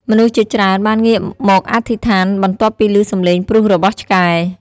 មនុស្សជាច្រើនបានងាកមកអធិស្ឋានបន្ទាប់ពីឮសំឡេងព្រុសរបស់ឆ្កែ។